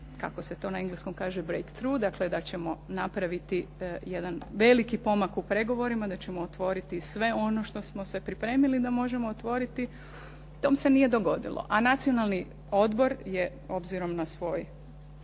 kako se to engleskom kaže breakthrough, dakle da ćemo napraviti jedan veliki pomak u pregovorima, da ćemo otvoriti sve ono što smo se pripremili da možemo otvoriti. To se nije dogodilo, a Nacionalni odbor je, obzirom na svoj